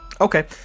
Okay